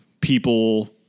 people